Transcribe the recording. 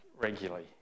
regularly